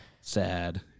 Sad